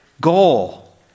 goal